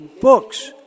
books